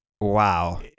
Wow